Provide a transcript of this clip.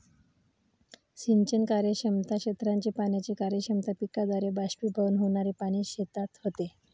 सिंचन कार्यक्षमता, क्षेत्राची पाण्याची कार्यक्षमता, पिकाद्वारे बाष्पीभवन होणारे पाणी शेतात होते